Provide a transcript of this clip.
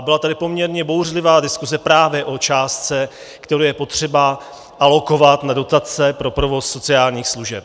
Byla tady poměrně bouřlivá diskuze právě o částce, kterou je potřeba alokovat na dotace pro provoz sociálních služeb.